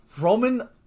Roman